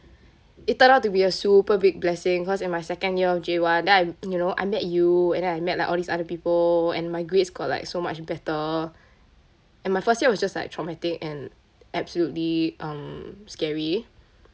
it turned out to be a super big blessing cause in my second year of J one then I you know I met you and then I met like all these other people and my grades got like so much better and my first year was just like traumatic and absolutely um scary